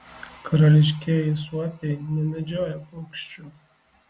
karališkieji suopiai nemedžioja paukščių